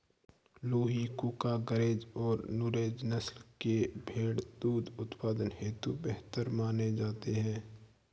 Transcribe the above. लूही, कूका, गरेज और नुरेज नस्ल के भेंड़ दुग्ध उत्पादन हेतु बेहतर माने जाते हैं